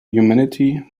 humanity